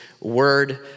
word